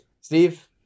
steve